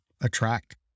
attract